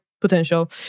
potential